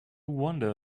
wander